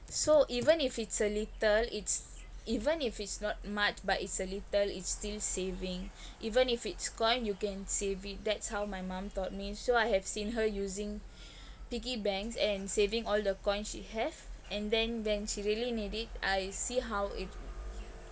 so even if it's a little it's even if it's not much but it's a little it's still saving even if it's coin you can save it that's how my mum taught me so I have seen her using piggy banks and saving all the coin she have and then when she really need it I see how it